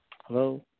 Hello